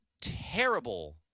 terrible